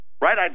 Right